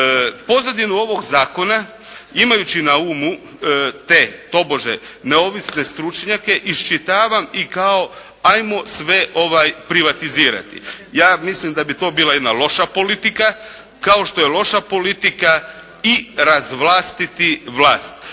Pozadinu ovog zakona, imajući na umu te tobože neovisne stručnjake iščitavam i kao ajmo sve privatizirati. Ja mislim da bi to bila jedna loša politika kao što je loša politika i razvlastiti vlast.